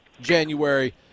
January